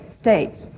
states